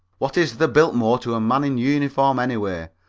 what is the biltmore to a man in uniform, anyway?